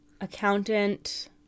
accountant